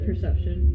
Perception